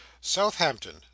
southampton